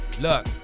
look